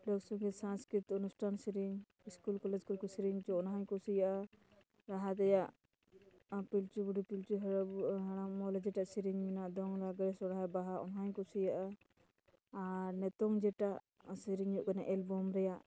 ᱞᱳᱠ ᱥᱚᱝᱜᱤᱤᱛ ᱥᱟᱝᱥᱠᱨᱤᱛ ᱚᱱᱩᱥᱴᱷᱟᱱ ᱥᱮᱨᱮᱧ ᱤᱥᱠᱩᱞ ᱠᱚᱞᱮᱡᱽ ᱠᱚᱨᱮ ᱠᱚ ᱥᱮᱨᱮᱧ ᱚᱪᱚᱜ ᱚᱱᱟ ᱦᱚᱧ ᱠᱩᱥᱤᱭᱟᱜᱼᱟ ᱞᱟᱦᱟ ᱛᱮᱭᱟᱜ ᱯᱤᱞᱪᱩ ᱵᱩᱰᱷᱤ ᱯᱤᱞᱪᱩ ᱦᱟᱲᱟᱢ ᱦᱟᱲᱟᱢ ᱚᱱᱮ ᱡᱮᱴᱟ ᱥᱮᱨᱮᱧ ᱢᱮᱱᱟᱜᱼᱟ ᱫᱚᱝ ᱞᱟᱜᱽᱬᱮ ᱥᱚᱦᱨᱟᱭ ᱵᱟᱦᱟ ᱚᱱᱟ ᱦᱚᱧ ᱠᱩᱥᱤᱭᱟᱜᱼᱟ ᱟᱨ ᱱᱤᱛᱚᱜ ᱡᱮᱴᱟ ᱥᱮᱨᱮᱧᱚᱜ ᱠᱟᱱᱟ ᱮᱞᱵᱚᱢ ᱨᱮᱭᱟᱜ